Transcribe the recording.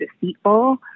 deceitful